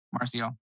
Marcio